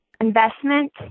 investment